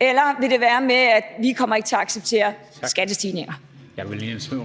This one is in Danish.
Ellemann-Jensen, værsgo. Kl. 13:38 Jakob Ellemann-Jensen